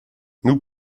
nous